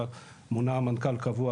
מונה מנכ"ל קבוע,